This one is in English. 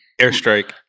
airstrike